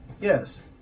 yes